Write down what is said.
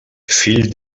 fill